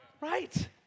Right